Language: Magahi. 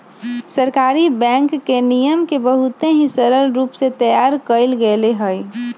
सहकारी बैंक के नियम के बहुत ही सरल रूप से तैयार कइल गैले हई